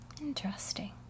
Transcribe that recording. Interesting